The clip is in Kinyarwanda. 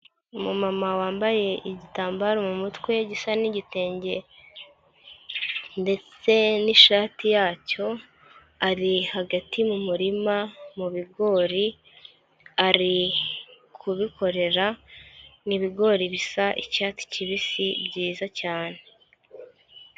Umumama wambaye igitambaro mu mutwe, gisa n'igitenge ndetse n'ishati yacyo, ari hagati mu murima mu bigori, ari kubikorera, ni bigori bisa icyatsi kibisi, byiza cyane.